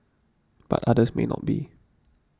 but others may not be